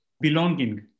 belonging